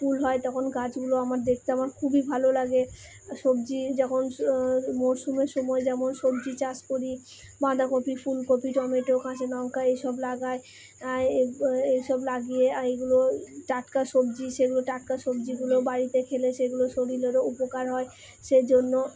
ফুল হয় তখন গাছগুলো আমার দেখতে আমার খুবই ভালো লাগে সবজি যখন মরশুমের সময় যেমন সবজি চাষ করি বাঁধাকপি ফুলকপি টমেটো কাঁচালঙ্কা এইসব লাগাই এইসব লাগিয়ে এইগুলো টাটকা সবজি সেইগুলো টাটকা সবজিগুলো বাড়িতে খেলে সেইগুলো শরীরেরও উপকার হয় সেই জন্য